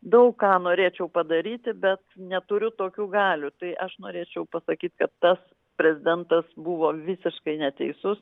daug ką norėčiau padaryti bet neturiu tokių galių tai aš norėčiau pasakyt kad tas prezidentas buvo visiškai neteisus